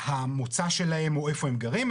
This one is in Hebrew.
המוצא שלהם או איפה הם גרים,